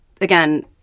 again